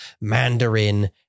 Mandarin